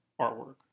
artwork